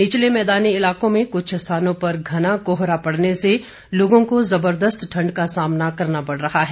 निचले मैदानी इलाकों में कुछ स्थानों पर घना कोहरा पड़ने से लोगों को जबरदस्त ठंड का सामना करना पड़ रहा है